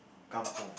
kampung